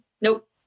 Nope